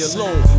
Alone